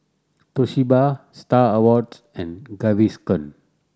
Toshiba Star Awards and Gaviscon